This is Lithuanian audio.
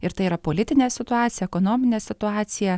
ir tai yra politinė situacija ekonominė situacija